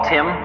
Tim